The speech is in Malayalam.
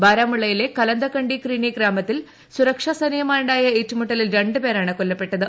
ബാരാമുള്ളയിലെ കലന്തര കണ്ടി ക്രീനി ഗ്രാമത്തിൽ സുരക്ഷാസേനയുമായുണ്ടായ ഏറ്റുമുട്ടലിൽ രണ്ട് പേരാണ് കൊല്ലപ്പെട്ടത്